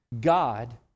God